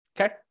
Okay